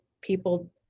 people